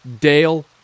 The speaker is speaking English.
Dale